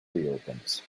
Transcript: reopens